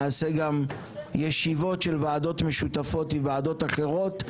נעשה ישיבות של ועדות משותפות עם ועדות אחרות,